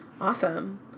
awesome